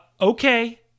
Okay